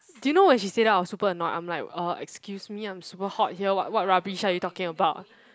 did you know when she said that I was super annoyed I'm like uh excuse me I'm super hot here what what rubbish are you talking about